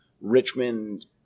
Richmond—